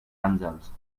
àngels